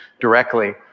directly